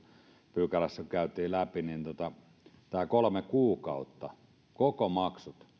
pykälässä jota käytiin läpi että tämä kolme kuukautta kaikki maksut